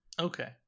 Okay